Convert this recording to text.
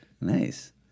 Nice